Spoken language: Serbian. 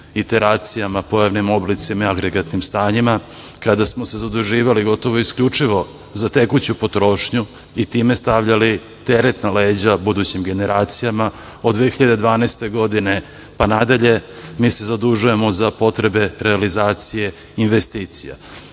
iteracijama, pojavnim oblicima, agregatnim stanjima, kada smo se zaduživali gotovo isključivo za tekuću potrošnju i time stavljali teret na leđa budućim generacijama od 2012. godine, pa nadalje, mi se zadužujemo za potrebe realizacije investicija.